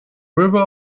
river